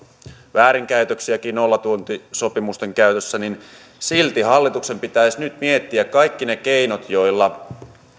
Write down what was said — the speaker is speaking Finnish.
väärinkäytöksiäkin nollatuntisopimusten käytössä niin silti hallituksen pitäisi nyt miettiä kaikki ne keinot joilla